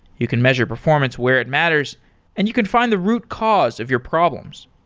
you can measure performance where it matters and you can find the root cause of your problems.